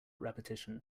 repetition